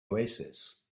oasis